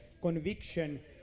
conviction